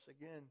again